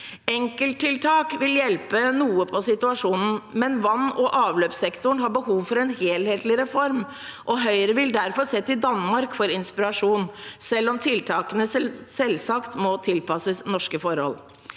Enkelttiltak vil hjelpe noe på situasjonen, men vann- og avløpssektoren har behov for en helhetlig reform. Høyre vil derfor se til Danmark for inspirasjon, selv om tiltakene selvsagt må tilpasses norske forhold.